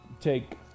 take